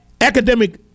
academic